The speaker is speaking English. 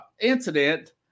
incident